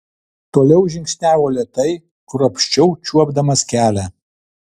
toliau žingsniavo lėtai kruopščiau čiuopdamas kelią